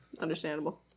Understandable